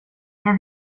vet